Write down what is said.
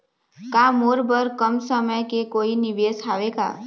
का मोर बर कम समय के कोई निवेश हावे का?